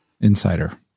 Insider